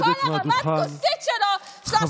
שכל הרמת כוסית שלו,